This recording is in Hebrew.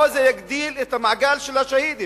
או שזה יגדיל את המעגל של השהידים,